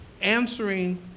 answering